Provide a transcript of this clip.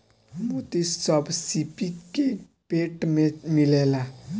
मोती सब सीपी के पेट में मिलेला